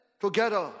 together